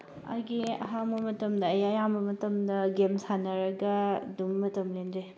ꯑꯩꯒꯤ ꯑꯍꯥꯡꯕ ꯃꯇꯝꯗ ꯑꯩ ꯑꯌꯥꯝꯕ ꯃꯇꯝꯗ ꯒꯦꯝ ꯁꯥꯟꯅꯔꯒ ꯑꯗꯨꯝ ꯃꯇꯝ ꯂꯦꯟꯖꯩ